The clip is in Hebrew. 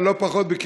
אבל לא פחות מזה,